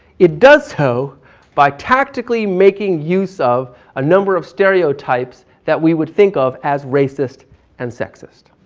it does so by tactically making use of a number of stereotypes that we would think of as racist and sexist.